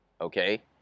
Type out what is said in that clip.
Okay